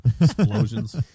Explosions